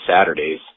Saturdays